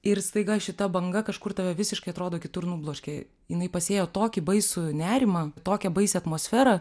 ir staiga šita banga kažkur tave visiškai atrodo kitur nubloškė jinai pasėjo tokį baisų nerimą tokią baisią atmosferą